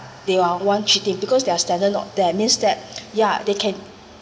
they are want cheating because their standard not there means that yeah they can